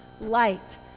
light